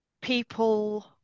people